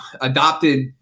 adopted